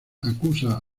acusa